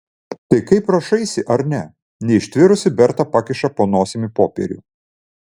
tai kaip rašaisi ar ne neištvėrusi berta pakiša po nosimi popierių